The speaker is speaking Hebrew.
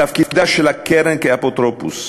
תפקידה של הקרן כאפוטרופוס,